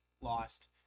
lost